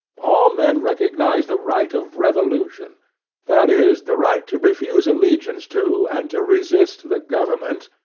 all men recognize the right of revolution that is, the right to refuse allegiance to, and to resist, the government,